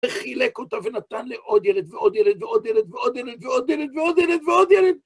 וחילק אותה ונתן לעוד ילד ועוד ילד ועוד ילד ועוד ילד...